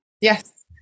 Yes